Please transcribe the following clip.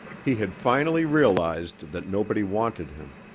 he had finally realized that nobody wanted him.